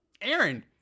Aaron